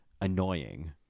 annoying